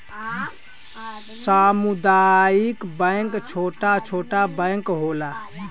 सामुदायिक बैंक छोटा छोटा बैंक होला